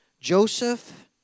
Joseph